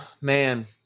man